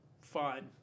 Fine